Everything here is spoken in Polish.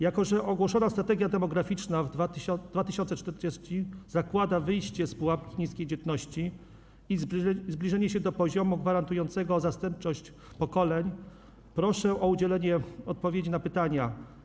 Jako że ogłoszona „Strategia demograficzna 2040” zakłada wyjście z pułapki niskiej dzietności i zbliżenie się do poziomu gwarantującego zastępowalność pokoleń, proszę o udzielenie odpowiedzi na pytania: